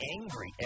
angry